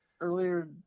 earlier